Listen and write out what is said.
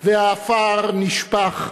והעפר נשפך,